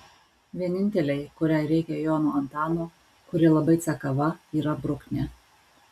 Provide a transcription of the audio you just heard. vienintelei kuriai reikia jono antano kuri labai cekava yra bruknė